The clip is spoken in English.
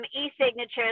e-signatures